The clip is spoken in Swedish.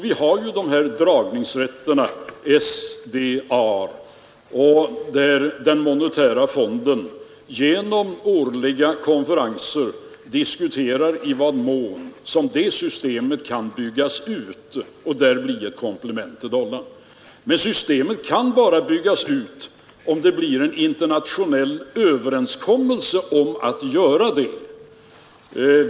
Vi har dragningsrätterna — SDR — och den monetära fonden, som vid årliga konferenser diskuterar i vad mån det systemet kan byggas ut och bli ett komplement till dollarn. Men systemet kan byggas ut bara om det blir en internationell överenskommelse om att göra det.